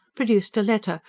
produced a letter,